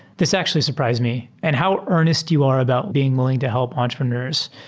this actually surprised me. and how earnest you are about being will ing to help entrepreneurs.